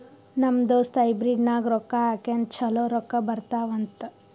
ನಮ್ ದೋಸ್ತ ಹೈಬ್ರಿಡ್ ನಾಗ್ ರೊಕ್ಕಾ ಹಾಕ್ಯಾನ್ ಛಲೋ ರೊಕ್ಕಾ ಬರ್ತಾವ್ ಅಂತ್